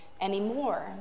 anymore